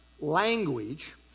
language